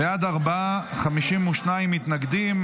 בעד, ארבעה, 52 מתנגדים.